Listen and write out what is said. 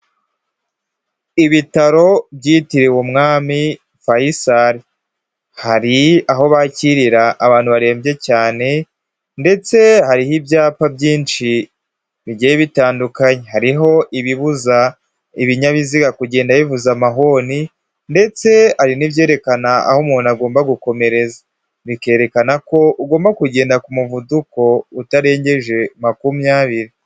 Ibitaro byitiriwe Umwami Faisal, hari aho bakirira abantu barembye cyane ndetse hariho ibyapa byinshi bigiye bitandukanye, hariho ibibuza ibinyabiziga kugenda bivuza amahoni ndetse hari n'ibyerekana aho umuntu agomba gukomereza, bikerekana ko ugomba kugenda ku muvuduko utarengeje makumyabiri.